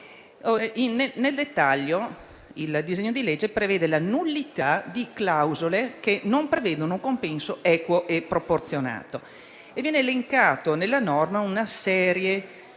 Nel dettaglio, il disegno di legge prevede la nullità di clausole che non prevedono compenso equo e proporzionato e viene elencata nella norma una serie di